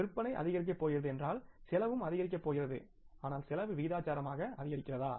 விற்பனை அதிகரிக்கப் போகிறது என்றால் செலவும் அதிகரிக்கப் போகிறது ஆனால் செலவு விகிதாசாரமாக அதிகரிக்கிறதா